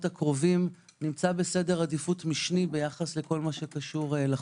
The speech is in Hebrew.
הקרובים נמצא בסדר עדיפות משני ביחס לכל הקשור לחוק.